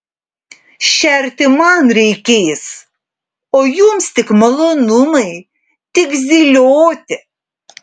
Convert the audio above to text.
šerti man reikės o jums tik malonumai tik zylioti